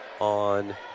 on